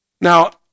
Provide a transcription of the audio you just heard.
Now